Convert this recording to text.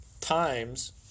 times